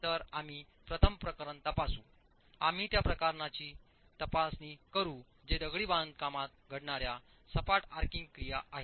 तर आम्ही प्रथम प्रकरण तपासू आम्ही त्या प्रकरणाची तपासणी करू जे दगडी बांधकामात घडणार्या सपाट आर्किंग क्रिया आहे